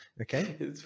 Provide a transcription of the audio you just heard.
Okay